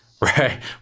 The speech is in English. right